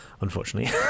unfortunately